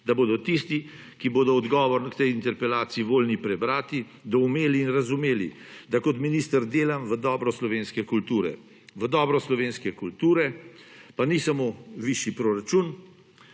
da bodo tisti, ki bodo odgovor tej interpelaciji voljni prebrati, doumeli in razumeli, da kot minister delam v dobro slovenske kulture. V dobro slovenske kulture pa ni samo višji proračun,